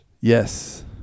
Yes